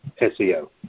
SEO